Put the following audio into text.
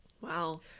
Wow